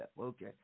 okay